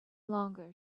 longer